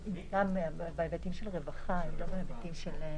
--- בהיבטים של רווחה, לא של עבודה.